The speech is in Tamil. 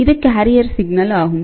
இது கேரியர் சிக்னல் ஆகும்